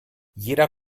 jeder